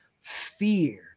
Fear